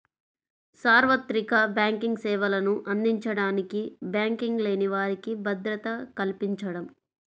సార్వత్రిక బ్యాంకింగ్ సేవలను అందించడానికి బ్యాంకింగ్ లేని వారికి భద్రత కల్పించడం